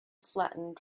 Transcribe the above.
flattened